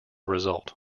result